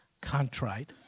contrite